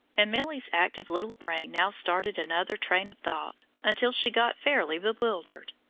and milly's active little brain now started another train of thought, until she got fairly bewildered.